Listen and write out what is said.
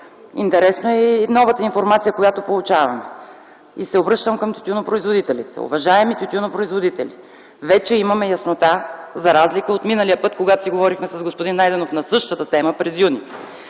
Интересна е и новата информация, която получаваме. Обръщам се към тютюнопроизводителите: уважаеми тютюнопроизводители, вече имаме яснота, за разлика от миналия път, когато си говорихме с господин Найденов на същата тема през м.